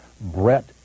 Brett